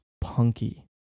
punky